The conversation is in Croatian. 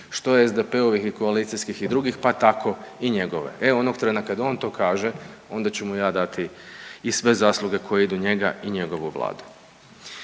što SDP-ovih i koalicijskih i drugih pa tako i njegove. E onog trena kad on to kaže, onda ću mu ja dati i sve zasluge koje idu njega i njegovu vladu.